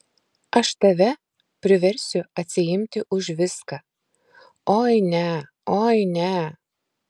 aš tave priversiu atsiimti už viską oi ne oi ne